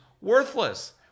worthless